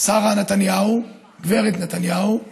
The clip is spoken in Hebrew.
שרה נתניהו, גב' נתניהו.